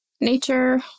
nature